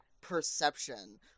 perception